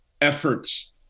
efforts